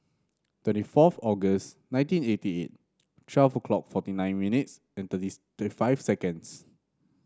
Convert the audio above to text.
twenty fourth August nineteen eighty eight twelve clock forty nine minutes and thirty's thirty five seconds